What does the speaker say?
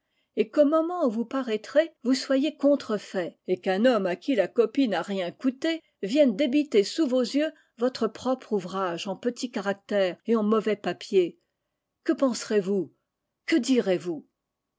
et qu'au moment où vous paraîtrez vous soyez contrefait et qu'un homme à qui la copie n'a rien coûté vienne débiter sous vos yeux votre propre ouvrage en petits caractères et en mauvais papier que penserez vous que direz-vous